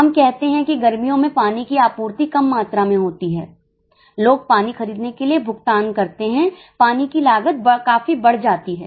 हम कहते हैं कि गर्मियों में पानी की आपूर्ति कम मात्रा में होती है लोग पानी खरीदने के लिए भुगतान करते हैं पानी की लागत काफी बढ़ जाती है